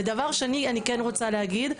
ודבר שני אני כן רוצה להגיד,